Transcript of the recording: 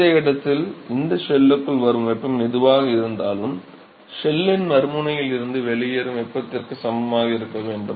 இந்த இடத்தில் இந்த ஷெல்லுக்குள் வரும் வெப்பம் எதுவாக இருந்தாலும் ஷெல்லின் மறுமுனையில் இருந்து வெளியேறும் வெப்பத்திற்கு சமமாக இருக்க வேண்டும்